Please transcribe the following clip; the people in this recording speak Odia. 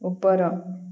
ଉପର